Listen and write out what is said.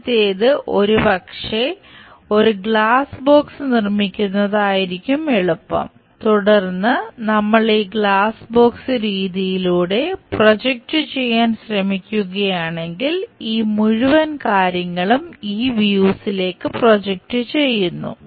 ആദ്യത്തേത് ഒരുപക്ഷേ ഒരു ഗ്ലാസ് ബോക്സ് നിർമ്മിക്കുന്നതായിരിക്കും എളുപ്പം തുടർന്ന് നമ്മൾ ഈ ഗ്ലാസ് ബോക്സ് രീതിയിലൂടെ പ്രൊജക്റ്റ് ചെയ്യാൻ ശ്രമിക്കുകയാണെങ്കിൽ ഈ മുഴുവൻ കാര്യങ്ങളും ഈ വ്യൂസിലേക്കു പ്രോജക്റ്റ് ചെയ്യുന്നു